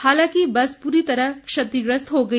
हालांकि बस पूरी तरह क्षतिग्रस्त हो गई